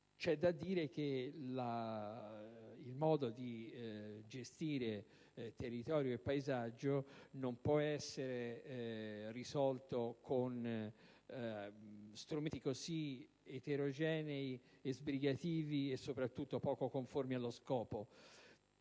C'è da dire che il modo di gestire territorio e paesaggio non può essere risolto con strumenti così eterogenei e sbrigativi e soprattutto poco conformi allo scopo.